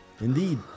indeed